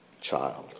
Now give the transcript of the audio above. child